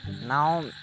Now